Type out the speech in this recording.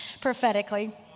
prophetically